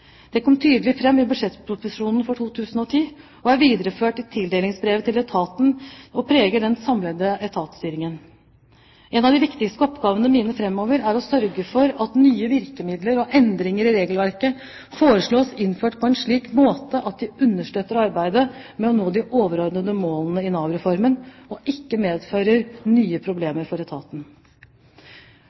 Det kom tydelig fram i budsjettproposisjonen for 2010, det er videreført i tildelingsbrevet til etaten og preger den samlede etatsstyringen. Én av de viktigste oppgavene mine framover er å sørge for at nye virkemidler og endringer i regelverket foreslås innført på en slik måte at de understøtter arbeidet med å nå de overordnede målene i Nav-reformen og ikke medfører nye problemer for etaten.